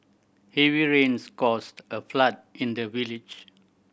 heavy rains caused a flood in the village